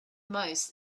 most